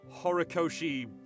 Horikoshi